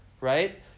Right